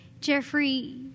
Jeffrey